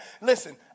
Listen